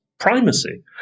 Primacy